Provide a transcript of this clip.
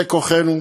זה כוחנו,